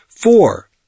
Four